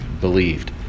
believed